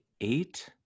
eight